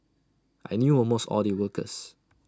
I knew almost all the workers